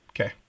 Okay